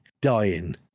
dying